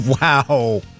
Wow